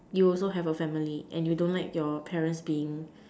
you also have a family and you don't like your parents being